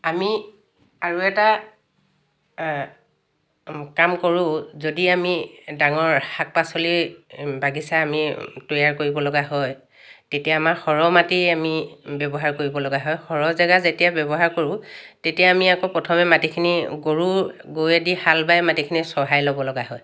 আমি আৰু এটা কাম কৰোঁ যদি আমি ডাঙৰ শাক পাচলি বাগিচা আমি তৈয়াৰ কৰিব লগা হয় তেতিয়া আমাৰ সৰহ মাটি আমি ব্যৱহাৰ কৰিব লগা হয় সৰহ জেগা যেতিয়া ব্যৱহাৰ কৰোঁ তেতিয়া আমি আকৌ প্ৰথমে মাটিখিনি গৰুৰ গৰুৱেদি হাল বাই মাটিখিনি চহাই ল'ব লগা হয়